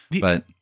But-